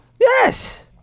yes